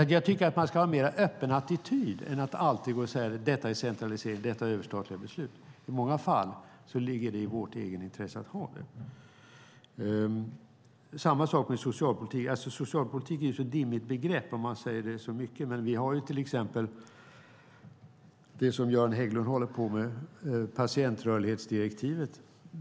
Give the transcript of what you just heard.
Jag tycker alltså att man ska ha en mer öppen attityd i stället för att alltid säga att det är centralisering och överstatliga beslut. I många fall ligger det i vårt egenintresse att ha det. Samma sak gäller socialpolitiken. Socialpolitik är ett dimmigt begrepp och omfattar mycket, men vi har till exempel det som Göran Hägglund håller på med, patientrörlighetsdirektivet.